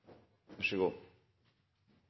vær så god.